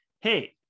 Hey